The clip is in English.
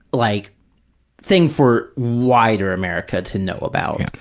like thing for wider america to know about,